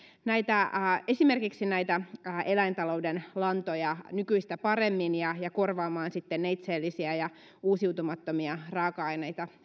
esimerkiksi eläintalouden lantoja nykyistä paremmin ja ja korvaamaan neitseellisiä ja uusiutumattomia raaka aineita